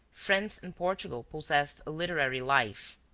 france and portugal possessed a literary life.